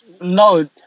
no